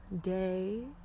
day